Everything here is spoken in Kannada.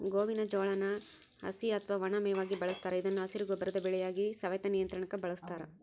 ಗೋವಿನ ಜೋಳಾನ ಹಸಿ ಅತ್ವಾ ಒಣ ಮೇವಾಗಿ ಬಳಸ್ತಾರ ಇದನ್ನು ಹಸಿರು ಗೊಬ್ಬರದ ಬೆಳೆಯಾಗಿ, ಸವೆತ ನಿಯಂತ್ರಣಕ್ಕ ಬಳಸ್ತಾರ